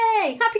Happy